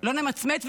לא נמצמץ,